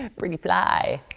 pretty fly.